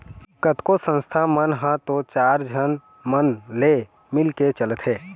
कतको संस्था मन ह तो चार झन मन ले मिलके चलथे